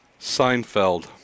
Seinfeld